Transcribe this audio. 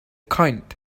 kind